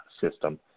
system